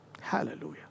Hallelujah